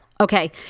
Okay